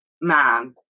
man